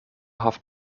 haft